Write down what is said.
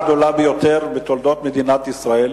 הממשלה הגדולה ביותר בתולדות מדינת ישראל,